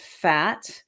fat